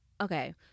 Okay